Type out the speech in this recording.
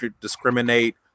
discriminate